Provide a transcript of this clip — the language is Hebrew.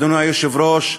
אדוני היושב-ראש,